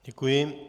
Děkuji.